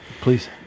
please